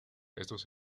estos